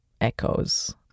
echoes